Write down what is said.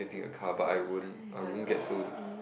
getting a car but I won't I won't get so